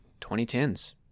2010s